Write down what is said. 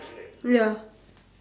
ya